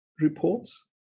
reports